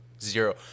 Zero